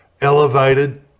elevated